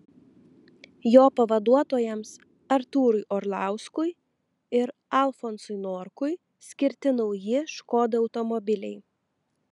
jo pavaduotojams artūrui orlauskui ir alfonsui norkui skirti nauji škoda automobiliai